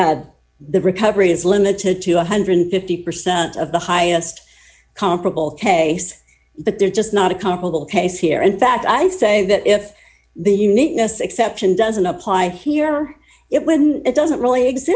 know the recovery is limited to one hundred and fifty percent of the highest comparable case but they're just not a comparable case here in fact i'd say that if the uniqueness exception doesn't apply here it when it doesn't really